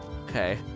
Okay